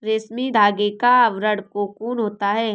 रेशमी धागे का आवरण कोकून होता है